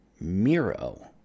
Miro